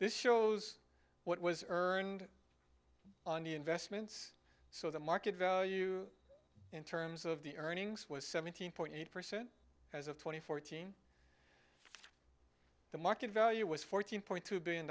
this shows what was earned on the investments so the market value in terms of the earnings was seventeen point eight percent as of twenty fourteen the market value was fourteen point two billion